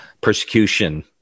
persecution